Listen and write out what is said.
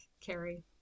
carrie